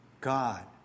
God